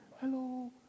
Hello